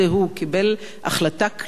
קיבל החלטה כללית: